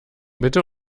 bitte